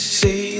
say